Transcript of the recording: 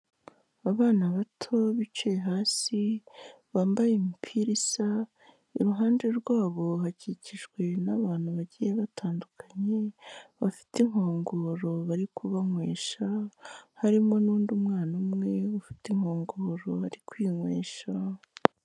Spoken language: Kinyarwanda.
Abana bato bicaye hasi, bambaye umupira isa, iruhande rwabo hakikijwe n'abantu bagiye batandukanye bafite inkongoro bari kubanywesha, harimo n'undi mwana umwe ufite inkongoro ari kwinywesha.